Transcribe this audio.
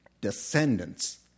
descendants